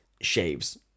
shaves